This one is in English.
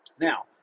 Now